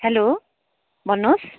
hello भन्नुहोस्